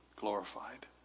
glorified